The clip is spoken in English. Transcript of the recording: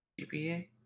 gpa